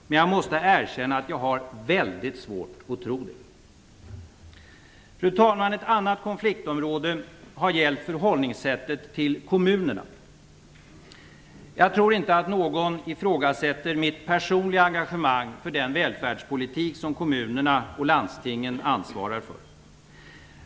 Men jag måste erkänna att jag har mycket svårt att tro det. Fru talman! Ett annan konfliktområde har gällt förhållningssättet till kommunerna. Jag tror inte att någon ifrågasätter mitt personliga engagemang för den välfärdspolitik som kommunerna och landstingen ansvarar för.